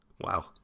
Wow